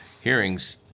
hearings